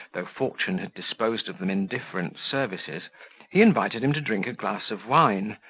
though fortune had disposed of them in different services, he invited him to drink a glass of wine,